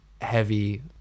heavy